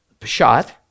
Peshat